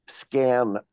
scan